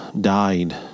died